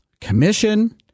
commission